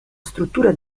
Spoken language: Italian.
struttura